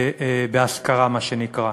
לדיור בהשכרה, מה שנקרא.